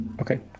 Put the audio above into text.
Okay